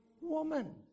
woman